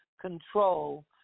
control